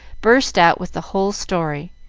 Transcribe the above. burst out with the whole story.